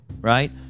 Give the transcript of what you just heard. right